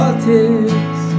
Politics